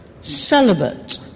celibate